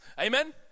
amen